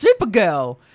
Supergirl